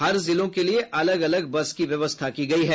हर जिलों के लिए अलग अलग बस की व्यवस्था की गई है